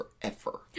forever